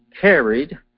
carried